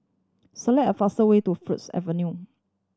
select a fastest way to Firs Avenue